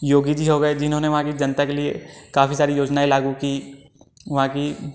योगी जी हो गए जिन्होंने वहाँ की जनता के लिए काफ़ी सारी योजनाएँ लागू की वहाँ की